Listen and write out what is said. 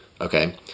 Okay